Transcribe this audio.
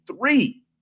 three